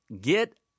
get